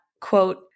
quote